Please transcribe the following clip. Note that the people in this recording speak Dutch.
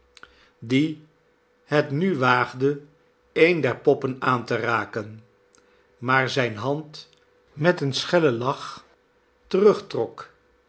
janldaassen het nu waagde eene der poppen aan teraken maar zijne hand met een schellen lach